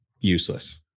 useless